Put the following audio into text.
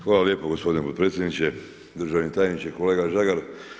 Hvala lijepo gospodine potpredsjedniče, državni tajniče, kolega Žagar.